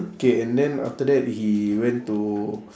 okay and then after that he went to